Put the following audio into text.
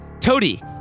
Toady